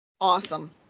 Awesome